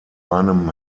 einem